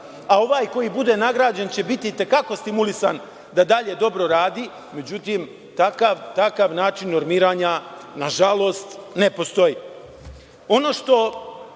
a ovaj koji bude nagrađen će biti i te kako stimulisan da dalje dobro radi. Međutim, takav način normiranja, nažalost ne postoji. Ono